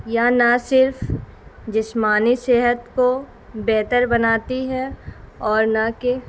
یا نہ صرف جسمانی صحت کو بہتر بناتی ہے اور نہ کہ